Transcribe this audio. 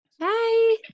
Hi